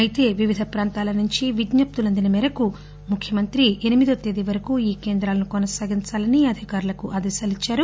అయితే వివిధ ప్రాంతాల నుంచి విజ్ఞపులు అందిన మేరకు ముఖ్యమంత్రి ఎనిమిదవ తేదీ వరకూ ఈ కేంద్రాలను కొనసాగించాలని అధికారులకు ఆదేశాలు ఇచ్చారు